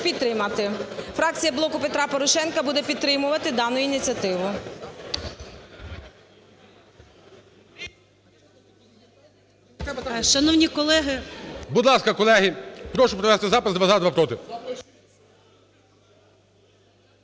підтримати. Фракція "Блоку Петра Порошенка" буде підтримувати дану ініціативу.